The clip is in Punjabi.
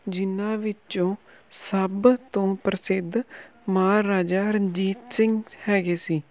ਜਿੰਨ੍ਹਾਂ ਵਿੱਚੋਂ ਸਭ ਤੋਂ ਪ੍ਰਸਿੱਧ ਮਹਾਰਾਜਾ ਰਣਜੀਤ ਸਿੰਘ ਹੈਗੇ ਸੀ